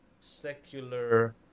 Secular